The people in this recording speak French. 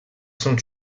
sont